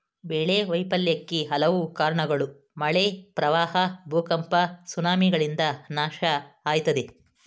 ಬೆಳೆ ವೈಫಲ್ಯಕ್ಕೆ ಹಲವು ಕಾರ್ಣಗಳು ಮಳೆ ಪ್ರವಾಹ ಭೂಕಂಪ ಸುನಾಮಿಗಳಿಂದ ನಾಶ ಆಯ್ತದೆ